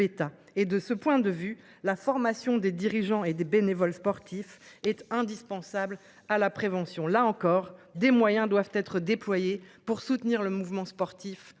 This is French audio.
et de ce point de vue la formation des dirigeants et des bénévoles sportifs est indispensable à la prévention là encore des moyens doivent être déployés pour soutenir le mouvement sportif